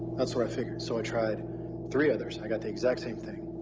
that's what i figured. so i tried three others. i got the exact same thing.